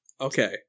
Okay